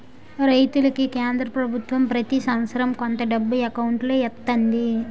రైతులకి కేంద్ర పభుత్వం ప్రతి సంవత్సరం కొంత డబ్బు ఎకౌంటులో ఎత్తంది